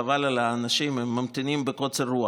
חבל על האנשים, הם ממתינים בקוצר רוח.